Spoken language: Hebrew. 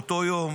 באותו יום,